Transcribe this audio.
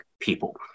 people